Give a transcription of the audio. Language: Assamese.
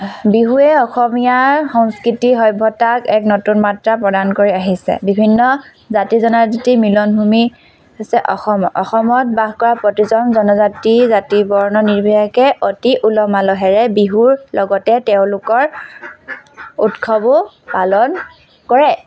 বিহুৱে অসমীয়াৰ সংস্কৃতি সভ্যতাক এক নতুন মাত্ৰা প্ৰদান কৰি আহিছে বিভিন্ন জাতি জনজাতিৰ মিলনভূমি হৈছে অসম অসমত বাস কৰা প্ৰতিজন জনজাতি জাতি বৰ্ণ নিৰ্বিশেষে অতি উলহ মালহৰে বিহুৰ লগতে তেওঁলোকৰ উৎসৱো পালন কৰে